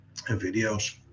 videos